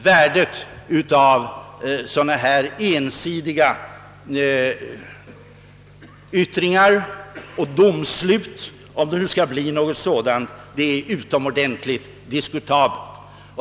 Värdet av dylika ensidiga yttringar och domslut — om det nu skall bli något sådant — är utomordentligt diskutabelt.